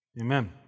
Amen